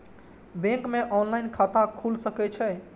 Bank में online खाता खुल सके छे?